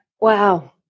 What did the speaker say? Wow